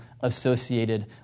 associated